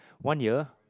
one year